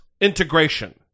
integration